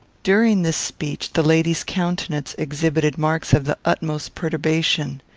during this speech the lady's countenance exhibited marks of the utmost perturbation.